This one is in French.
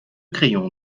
crayons